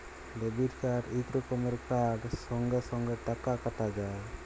debit card ইক রকমের card সঙ্গে সঙ্গে টাকা কাটা যায়